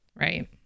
Right